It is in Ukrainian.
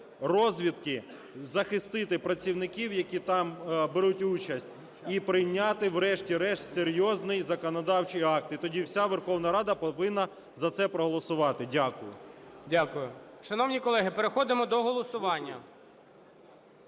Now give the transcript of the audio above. розвідки, захистити працівників, які там беруть участь, і прийняти врешті-решт серйозний законодавчий акт. І тоді вся Верховна Рада повинна за це проголосувати. Дякую. ГОЛОВУЮЧИЙ. Дякую. Шановні колеги, переходимо до голосування.